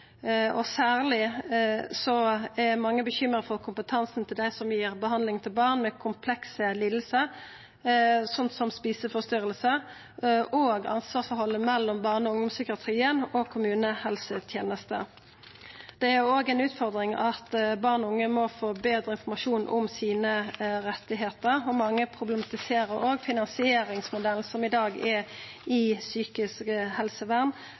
er mange bekymra for kompetansen til dei som gir behandling til barn med komplekse lidingar, som eteforstyrringar, og ansvarsforholdet mellom barne- og ungdomspsykiatrien og kommunehelsetenesta. Det er òg ei utfordring at barn og unge må få betre informasjon om rettane sine, og mange problematiserer òg finansieringsmodellen som i dag er i psykisk helsevern,